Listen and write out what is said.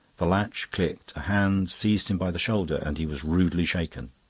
the latch clicked, a hand seized him by the shoulder and he was rudely shaken.